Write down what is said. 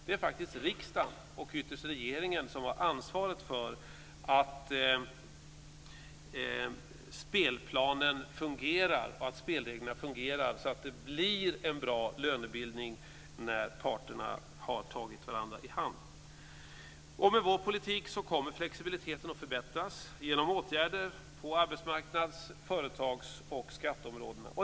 Det är faktiskt riksdagen och ytterst regeringen som har ansvaret för att spelplanen och spelreglerna fungerar, så att det blir en bra lönebildning när parterna har tagit varandra i hand. Med vår politik kommer flexibiliteten att förbättras genom åtgärder på arbetsmarknads-, företags och skatteområdena.